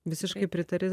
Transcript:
visiškai pritari